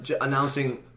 announcing